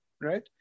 right